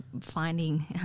finding